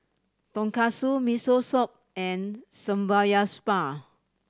Tonkatsu Miso Soup and Samgyeopsal